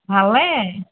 ভালনে